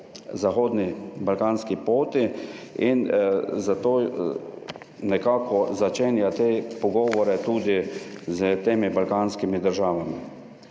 zahodni balkanski poti in zato nekako začenja te pogovore tudi s temi balkanskimi državami.